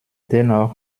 dennoch